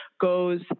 goes